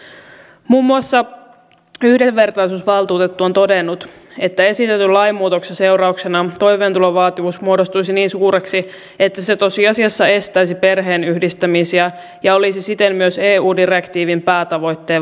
muun muassa yhdenvertaisuusvaltuutettu on todennut että esitetyn lainmuutoksen seurauksena toimeentulovaatimus muodostuisi niin suureksi että se tosiasiassa estäisi perheenyhdistämisiä ja olisi siten myös eu direktiivin päätavoitteen vastainen